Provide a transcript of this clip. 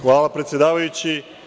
Hvala, predsedavajući.